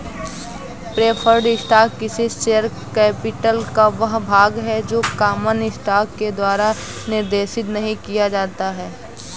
preferred stock किसी share capital का वह भाग है जो कॉमन स्टॉक के द्वारा निर्देशित नहीं किया जाता है